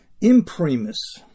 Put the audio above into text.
Imprimis